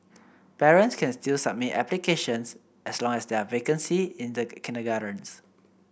parents can still submit applications as long as there are vacancies in the kindergartens